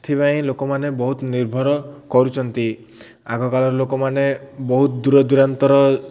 ଏଥିପାଇଁ ଲୋକମାନେ ବହୁତ ନିର୍ଭର କରୁଛନ୍ତି ଆଗକାଳର ଲୋକମାନେ ବହୁତ ଦୂରଦୂରାନ୍ତର